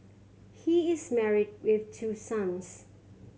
he is married with two sons